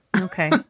Okay